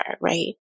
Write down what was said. right